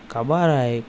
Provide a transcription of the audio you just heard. کب آ رہا ہے